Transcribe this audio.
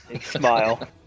Smile